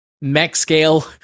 mech-scale